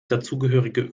dazugehörige